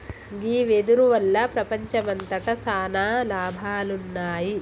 గీ వెదురు వల్ల ప్రపంచంమంతట సాన లాభాలున్నాయి